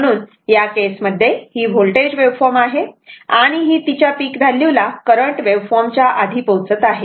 म्हणून या केस मध्ये ही होल्टेज वेव्हफॉर्म आहे आणि ही तिच्या पिक व्हॅल्यू ला करंट वेव्हफॉर्म च्या आधी पोहोचत आहे